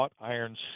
iron